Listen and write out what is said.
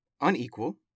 unequal